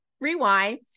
Rewind